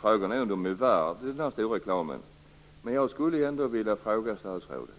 Frågan är om den är värd all denna reklam. Jag skulle vilja ställa en fråga till statsrådet.